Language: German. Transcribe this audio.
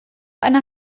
einer